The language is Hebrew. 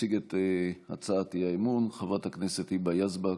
תציג את הצעת האי-אמון חברת הכנסת היבה יזבק,